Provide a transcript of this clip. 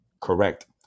Correct